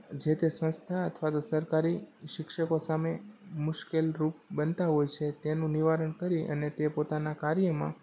જે તે સંસ્થા અથવા તો સરકારી શિક્ષકો સામે મુશ્કેલરૂપ બનતા હોય છે તેનું નિવારણ કરી અને તે પોતાનાં કાર્યમાં